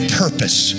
purpose